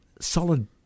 solid